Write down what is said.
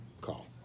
call